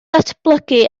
datblygu